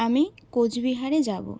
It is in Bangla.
আমি কোচবিহারে যাবো